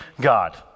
God